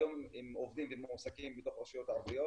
היום הם עובדים ומועסקים בתוך הרשויות הערביות